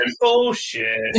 bullshit